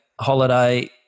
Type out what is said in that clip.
holiday